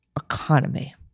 economy